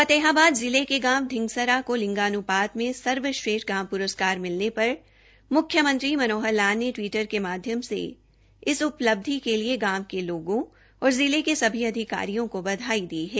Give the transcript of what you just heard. फतेहाबाद जिले के गांव शिंगसरा को लिंगान्पात में सर्वश्रेष्ठ गांव प्रस्कार मिलने पर मुख्यमंत्री मनोहर लाल ने टवीटर के माध्यम से इस उपलब्धि के लिए गांव के लोगों और जिले के सभी अधिकारियों को बधाई दी है